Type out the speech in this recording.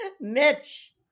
Mitch